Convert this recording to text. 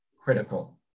critical